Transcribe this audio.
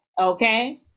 Okay